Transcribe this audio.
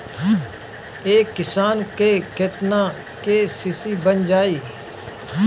एक किसान के केतना के.सी.सी बन जाइ?